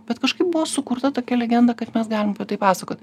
bet kažkaip buvo sukurta tokia legenda kad mes galim apie tai pasakot